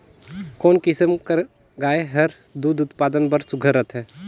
कोन किसम कर गाय हर दूध उत्पादन बर सुघ्घर रथे?